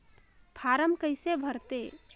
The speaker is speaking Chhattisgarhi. फारम कइसे भरते?